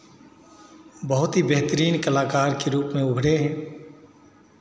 बहुत ही बेहतरीन कलाकार के रूप में उभरे हैं